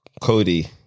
Cody